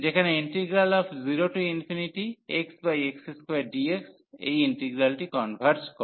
যেখানে 0x x2dx এই ইন্টিগ্রালটি কনভার্জ করে